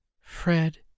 Fred